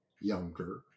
younger